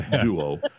duo